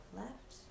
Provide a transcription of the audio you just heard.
left